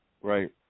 right